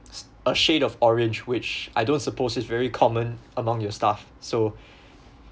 a shade of orange which I don't suppose is very common among your staff so